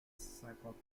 cinquante